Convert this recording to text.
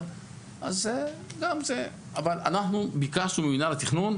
אנחנו ביקשנו ממינהל התכנון,